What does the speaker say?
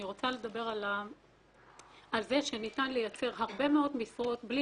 אני רוצה לדבר על כך שניתן לייצר הרבה מאוד משרות בלי